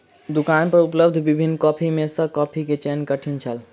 दुकान पर उपलब्ध विभिन्न कॉफ़ी में सॅ कॉफ़ी के चयन कठिन छल